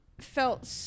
felt